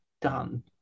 done